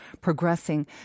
progressing